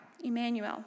Emmanuel